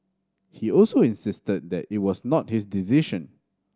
he also insisted that it was not his decision